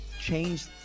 change